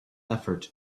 effort